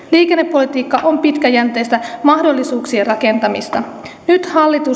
liikennepolitiikka on pitkäjänteistä mahdollisuuksien rakentamista nyt hallitus